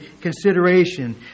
consideration